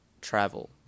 travel